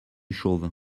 chauve